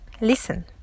Listen